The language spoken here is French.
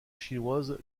chinoise